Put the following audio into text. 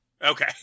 Okay